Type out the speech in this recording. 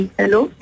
hello